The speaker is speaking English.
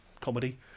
comedy